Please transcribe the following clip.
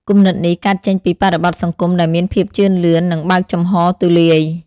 គំនិតនេះកើតចេញពីបរិបទសង្គមដែលមានភាពជឿនលឿន និងបើកចំហទូលាយ។